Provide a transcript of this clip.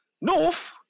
North